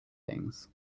things